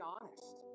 honest